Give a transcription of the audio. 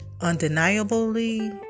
Undeniably